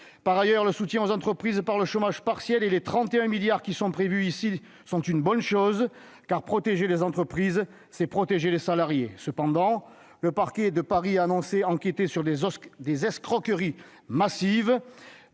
Par ailleurs, le soutien aux entreprises par le recours au chômage partiel et les 31 milliards d'euros qui sont prévus est une bonne chose, car protéger les entreprises, c'est protéger les salariés. Cependant, le parquet de Paris a annoncé qu'il enquêtait sur des escroqueries massives.